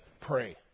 pray